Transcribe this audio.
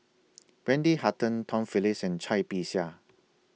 Wendy Hutton Tom Phillips and Cai Bixia